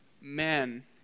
men